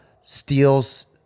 steals